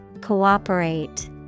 Cooperate